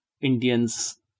Indians